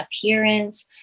appearance